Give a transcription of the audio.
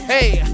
Hey